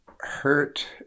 Hurt